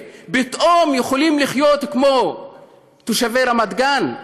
פתאום יכולים לחיות כמו תושבי רמת גן,